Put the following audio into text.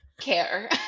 care